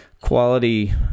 quality